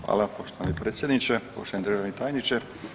Hvala poštovani predsjedniče, poštovani državni tajniče.